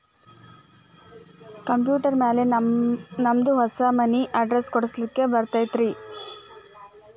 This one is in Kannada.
ಕಂಪ್ಯೂಟರ್ ಮ್ಯಾಲೆ ನಮ್ದು ಹೊಸಾ ಮನಿ ಅಡ್ರೆಸ್ ಕುಡ್ಸ್ಲಿಕ್ಕೆ ಬರತೈತ್ರಿ?